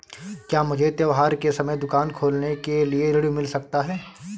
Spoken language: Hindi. क्या मुझे त्योहार के समय दुकान खोलने के लिए ऋण मिल सकता है?